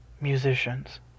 musicians